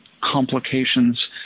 complications